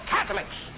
Catholics